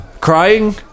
Crying